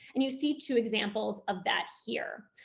and you see two examples of that here.